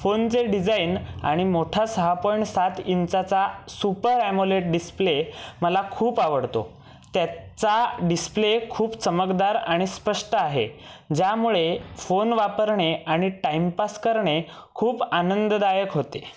फोनचं डिजाईन आणि मोठा सहा पॉईंट सात इंचाचा सुपर ॲमोलेट डिस्प्ले मला खूप आवडतो त्याचा डिस्प्ले खूप चमकदार आणि स्पष्ट आहे ज्यामुळे फोन वापरणे आणि टाईमपास करणे खूप आनंददायक होते